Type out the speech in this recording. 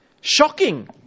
Shocking